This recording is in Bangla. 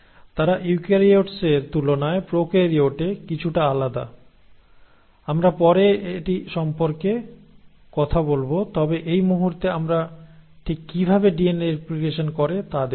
তারা ইউক্যারিওটসের তুলনায় প্র্যাকেরিয়োটে কিছুটা আলাদা আমরা পরে এটি সম্পর্কে কথা বলব তবে এই মুহূর্তে আমরা ঠিক কিভাবে ডিএনএ রেপ্লিকেশন করে তা দেখছি